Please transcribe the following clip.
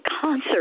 concert